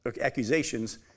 accusations